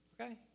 Okay